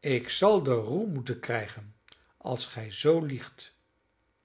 ik zal de roe moeten krijgen als gij zoo liegt